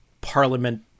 parliament